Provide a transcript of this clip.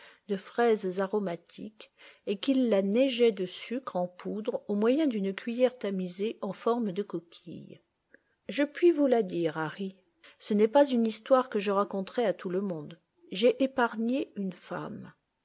de fraises aromatiques et qu'il la neigeait de sucre en poudre au moyen d'une cuiller tamisée en forme de coquille je puis vous la dire harry ce n'est pas une histoire que je raconterais à tout le monde j'ai épargné une femme